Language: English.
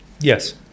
yes